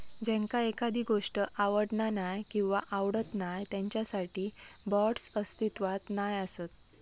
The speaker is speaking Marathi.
ज्यांका एखादी गोष्ट आवडना नाय किंवा आवडत नाय त्यांच्यासाठी बाँड्स अस्तित्वात नाय असत